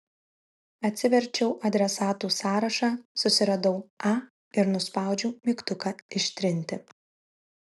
atsiverčiau adresatų sąrašą susiradau a ir nuspaudžiau mygtuką ištrinti